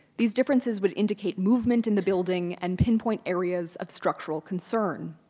these differences would indicate movement in the building and pinpoint areas of structural concern.